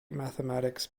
mathematics